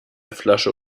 flasche